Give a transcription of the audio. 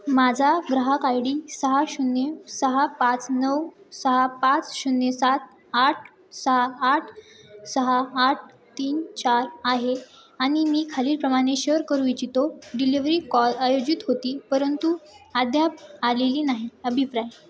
माझा ग्राहक I D सहा शून्य सहा पाच नऊ सहा पाच शून्य सात आठ सहा आठ सहा आठ तीन चार आहे आणि मी खालीलप्रमाणे शेयर करू इच्छितो डिलिवरी कॉल आयोजित होती परंतु अद्याप आलेली नाही अभिप्राय